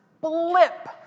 blip